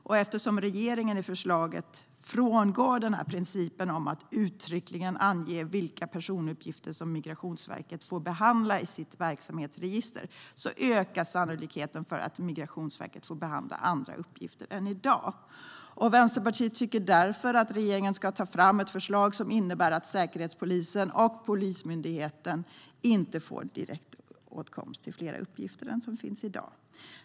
Och eftersom regeringen i förslaget frångår principen om att uttryckligen ange vilka personuppgifter som Migrationsverket får behandla i sitt verksamhetsregister ökar sannolikheten för att Migrationsverket får behandla andra uppgifter än i dag. Vänsterpartiet tycker därför att regeringen ska ta fram ett förslag som innebär att Säkerhetspolisen och Polismyndigheten inte får direktåtkomst till fler uppgifter än som finns i dag.